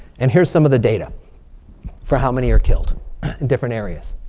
and here's some of the data for how many are killed in different areas.